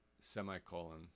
semicolon